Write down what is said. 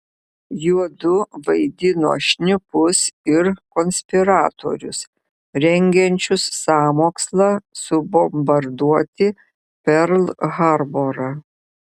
juodu vaidino šnipus ir konspiratorius rengiančius sąmokslą subombarduoti perl harborą